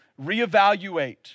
reevaluate